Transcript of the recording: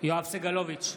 יואב סגלוביץ'